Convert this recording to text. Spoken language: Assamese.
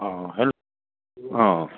অঁ হেল্ল' অঁ